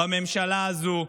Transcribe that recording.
בממשלה הזו,